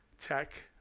tech